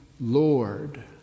Lord